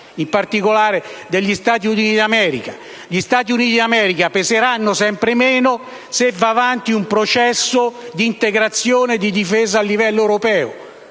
in particolare degli Stati Uniti d'America. Gli Stati Uniti d'America peseranno sempre meno se andrà avanti un processo di integrazione di difesa a livello europeo,